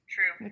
True